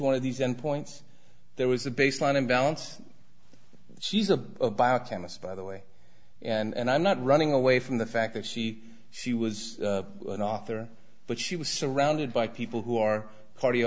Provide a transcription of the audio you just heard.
one of these endpoints there was a baseline imbalance she's a biochemist by the way and i'm not running away from the fact that she she was an author but she was surrounded by people who are